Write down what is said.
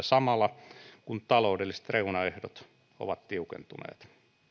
samalla kun taloudelliset reunaehdot ovat tiukentuneet